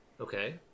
Okay